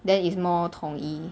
then is more 统一